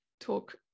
talk